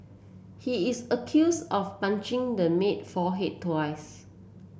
he is accuse of punching the maid forehead twice